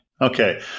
Okay